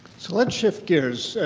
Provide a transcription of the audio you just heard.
so, let's shift gears.